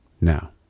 now